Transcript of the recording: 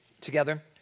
together